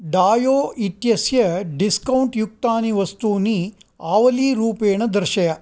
डायो इत्यस्य डिस्कौण्ट् युक्तानि वस्तूनि आवलीरूपेण दर्शय